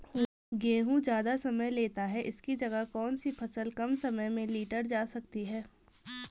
गेहूँ ज़्यादा समय लेता है इसकी जगह कौन सी फसल कम समय में लीटर जा सकती है?